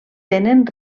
tenen